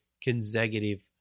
consecutive